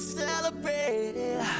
celebrate